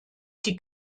die